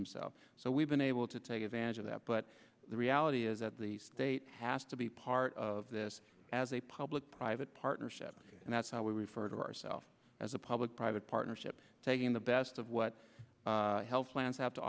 themselves so we've been able to take advantage of that but the reality is that the state has to be part of this as a public private partnership and that's how we refer to ourselves as a public private partnership taking the best of what health plans have to